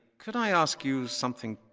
could i ask you something,